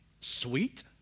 Sweet